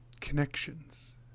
connections